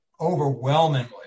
overwhelmingly